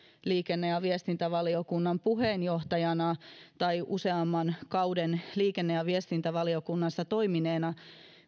liikenne ja viestintävaliokunnan puheenjohtajana tai useamman kauden liikenne ja viestintävaliokunnassa toimineena